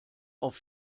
auf